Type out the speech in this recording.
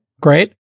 great